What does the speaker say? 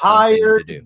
hired